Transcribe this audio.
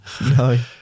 No